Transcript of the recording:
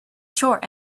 short